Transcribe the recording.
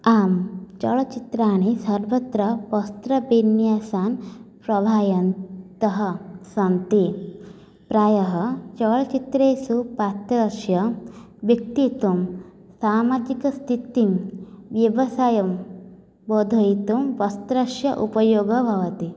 आं चलचित्राणि सर्वत्र वस्त्रविन्यासन् प्रभायन्तः सन्ति प्रायः चलचित्रेषु पात्रस्य व्यत्तित्वं सामाजिकस्थितिम् व्यवसायं बोधयितुं वस्त्रस्य उपयोगः भवति